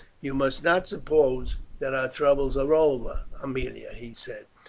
you must not suppose that our troubles are over, aemilia, he said.